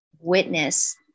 witness